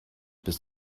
bis